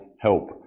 help